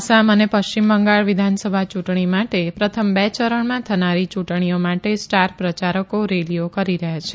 આસામ અને પશ્ચિમ બંગાળ વિધાનસભા યૂંટણી માટે પ્રથમ બે ચરણમાં થનારી ચૂંટણીઓ માટે સ્ટાર પ્રચારકો રેલીઓ કરી રહ્યા છે